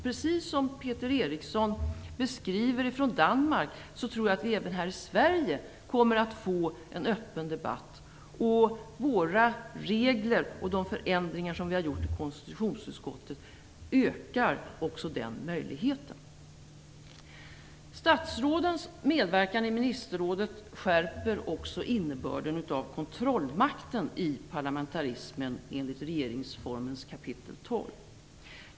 Precis som i Peter Erikssons beskrivning från Danmark tror jag att vi även här i Sverige kommer att få en öppen debatt. Våra regler och de förändringar som vi i konstitutionsutskottet har genomfört ökar också den möjligheten. Statsrådens medverkan i ministerrådet skärper också innebörden av kontrollmakten i parlamentarismen enligt regeringsformens kap. 12.